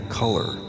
color